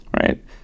Right